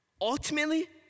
Ultimately